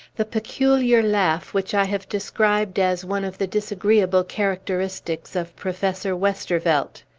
the peculiar laugh which i have described as one of the disagreeable characteristics of professor westervelt.